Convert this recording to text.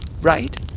Right